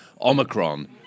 Omicron